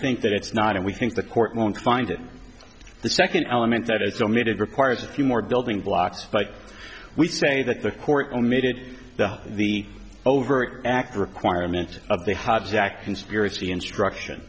think that it's not and we think the court won't find it the second element that it's omitted requires a few more building blocks but we say that the court omitted the overt act requirements of the hobbs jack conspiracy instruction